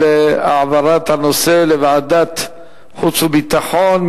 על העברת הנושא לוועדת החוץ והביטחון.